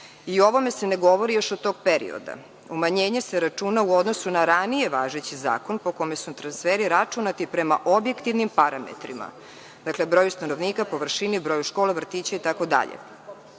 o ovome se ne govori još od tog perioda. Umanjenje se računa u odnosu na ranije važeći zakon po kome su transferi računati prema objektivnim parametrima, dakle, broju stanovnika, površini, broju škola, vrtića itd,